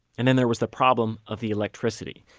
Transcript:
and and, there was the problem of the electricity.